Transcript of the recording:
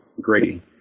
grading